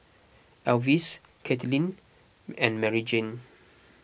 Elvis Caitlynn and Maryjane